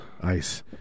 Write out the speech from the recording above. Ice